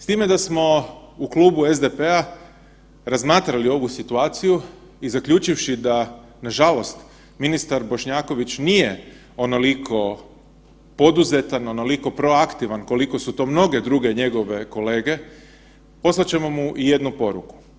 S time da smo u Klubu SDP-a razmatrali ovu situaciju i zaključivši da nažalost ministar Bošnjaković nije onoliko poduzetan, onoliko proaktivan koliko su to mnoge druge njegove kolege, poslat ćemo mu i jednu poruku.